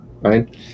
right